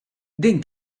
din